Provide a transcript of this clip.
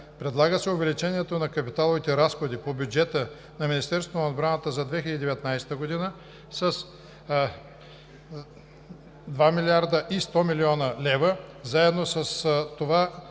Предлага се увеличение на капиталовите разходи по бюджета на Министерството на отбраната за 2019 г. с 2 млрд. 100 млн. лв. Заедно с това